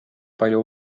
palju